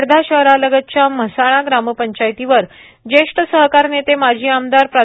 वर्धा शहरालगतच्या म्हसाळा ग्रामपंचायतीवर जेष्ठ सहकार नेते माजी आमदार प्रा